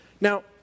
Now